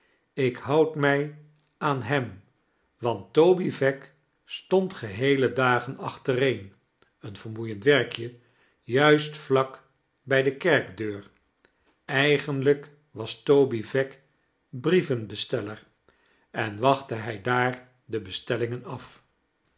ik houd mij aan hem want toby veck stond geheele dagen achtereen een vermoeiend werkje juist vlak bij de kerkdeur eigenlijk was toby veck brievenbesteller en wachtte hij daar de bestellingen af